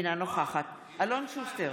אינה נוכחת אלון שוסטר,